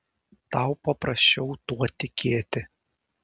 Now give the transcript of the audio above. tau paprasčiau tuo tikėti